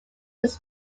this